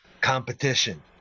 competition